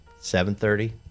7.30